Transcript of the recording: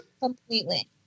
Completely